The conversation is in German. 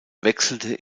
wechselte